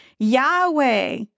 Yahweh